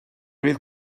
fydd